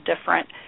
different